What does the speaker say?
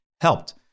helped